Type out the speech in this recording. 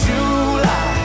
July